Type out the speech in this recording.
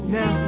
Now